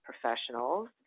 professionals